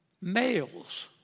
males